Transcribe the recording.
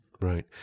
Right